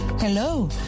Hello